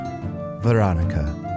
Veronica